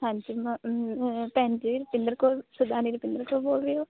ਹਾਂਜੀ ਭੈਣ ਜੀ ਰੁਪਿੰਦਰ ਕੌਰ ਸਰਦਾਰਨੀ ਰੁਪਿੰਦਰ ਕੌਰ ਬੋਲ ਰਹੇ ਹੋ